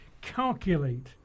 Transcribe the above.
Calculate